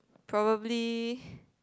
probably